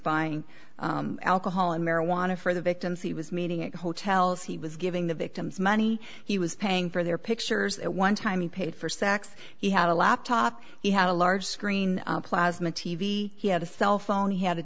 buying alcohol and marijuana for the victims he was meeting at hotels he was giving the victim's money he was paying for their pictures at one time he paid for sex he had a laptop he had a large screen plasma t v he had a cell phone he had a